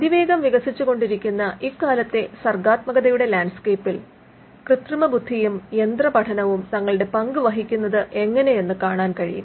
അതിവേഗം വികസിച്ചുകൊണ്ടിരിക്കുന്ന ഇക്കാലത്തെ സർഗ്ഗാത്മകതയുടെ ലാൻഡ്സ്കേപ്പിൽ കൃത്രിമബുദ്ധിയും യന്ത്രപഠനവും തങ്ങളുടെ പങ്കുവഹിക്കുന്നത് എങ്ങനെ എന്ന് കാണാൻ കഴിയും